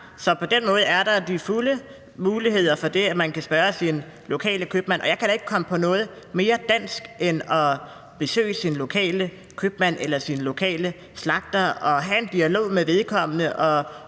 Så på den måde er der de fulde muligheder for det: Man kan spørge sin lokale købmand. Og jeg kan da ikke komme på noget mere dansk end at besøge sin lokale købmand eller sin lokale slagter og have en dialog med vedkommende og